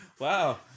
Wow